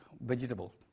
vegetable